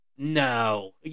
No